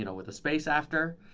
you know with a space after.